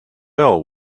fell